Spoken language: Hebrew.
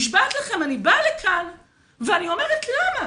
נשבעת לכם, אני באה לכאן ואני אומרת, למה?